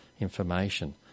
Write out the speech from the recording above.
information